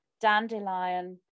dandelion